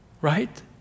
right